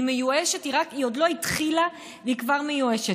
היא מיואשת, היא עוד לא התחילה והיא כבר מיואשת.